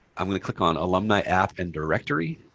i'm going to click on alumni app and directory.